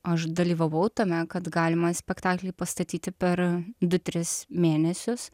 aš dalyvavau tame kad galima spektaklį pastatyti per du tris mėnesius